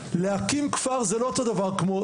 להקים כפר זה לא אותו דבר כמו,